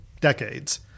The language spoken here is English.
decades